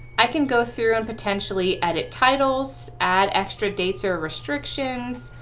i can go through and potentially edit titles, add extra dates or restrictions,